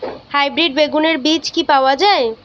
Hybrid বেগুনের বীজ কি পাওয়া য়ায়?